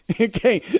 Okay